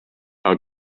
aga